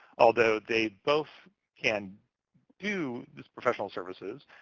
although they both can do the professional services,